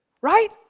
right